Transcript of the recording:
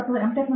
tech ಅಥವಾ M